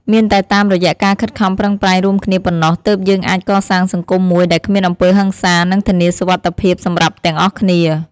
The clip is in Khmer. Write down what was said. មានតែតាមរយៈការខិតខំប្រឹងប្រែងរួមគ្នាប៉ុណ្ណោះ ទើបយើងអាចកសាងសង្គមមួយដែលគ្មានអំពើហិង្សា និងធានាសុវត្ថិភាពសម្រាប់ទាំងអស់គ្នា។